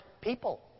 people